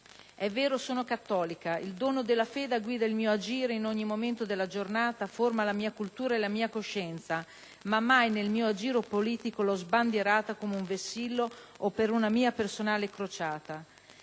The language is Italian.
È vero, sono cattolica, il dono della fede guida il mio agire in ogni momento della giornata, forma la mia cultura e la mia coscienza, ma mai nel mio agire politico l'ho sbandierata come un vessillo o per una mia personale crociata.